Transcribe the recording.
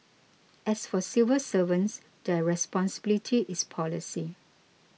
as for civil servants their responsibility is policy